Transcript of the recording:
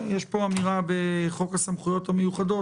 אמירה בחוק הסמכויות המיוחדות